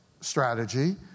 strategy